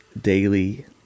daily